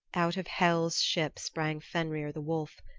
out of hel's ship sprang fenrir the wolf.